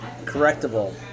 correctable